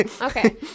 okay